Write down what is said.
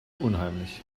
unheimlich